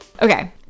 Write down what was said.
Okay